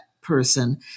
person